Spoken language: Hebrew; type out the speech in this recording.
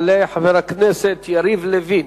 יעלה חבר הכנסת יריב לוין,